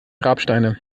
grabsteine